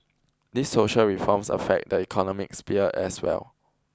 these social reforms affect the economic sphere as well